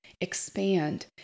expand